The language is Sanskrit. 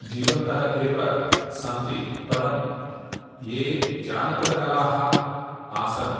जीवन्तः एव सन्ति परं याः जानपदकलाः आसन्